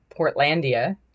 Portlandia